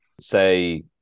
Say